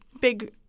big